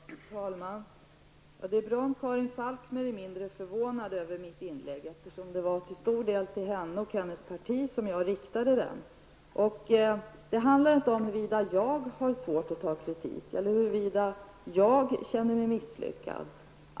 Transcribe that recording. Fru talman! Det är bra om Karin Falkmer är mindre förvånad över mitt inlägg, eftersom det till stor del var till henne och hennes parti som jag riktade det. Det handlar inte om huruvida jag har svårt att ta kritik eller om huruvida jag känner mig misslyckad.